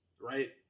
right